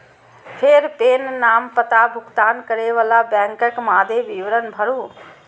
फेर पेन, नाम, पता, भुगतान करै बला बैंकक मादे विवरण भरू